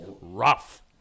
rough